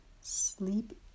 sleep